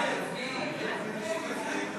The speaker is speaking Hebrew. סעיפים 1 2 נתקבלו.